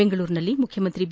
ಬೆಂಗಳೂರಿನಲ್ಲಿ ಮುಖ್ಯಮಂತಿ ಬಿ